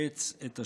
לנפץ את השקר.